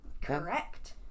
Correct